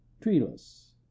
Treeless